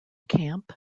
camp